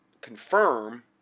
confirm